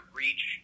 reach